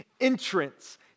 entrance